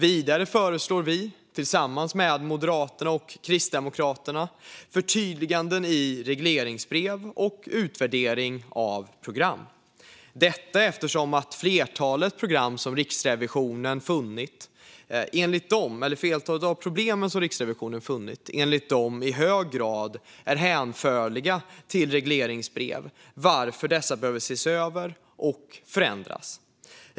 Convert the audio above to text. Vidare föreslår vi, tillsammans med Moderaterna och Kristdemokraterna, förtydliganden i regleringsbrev och utvärdering av program, detta eftersom flertalet problem som Riksrevisionen har funnit enligt dem i hög grad är hänförliga till regleringsbrev, varför dessa behöver ses över och förändras.